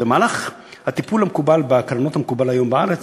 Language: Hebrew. במהלך טיפול ההקרנות המקובל היום בארץ,